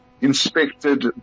inspected